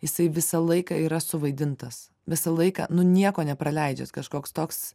jisai visą laiką yra suvaidintas visą laiką nu nieko nepraleidžiat kažkoks toks